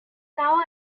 now